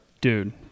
Dude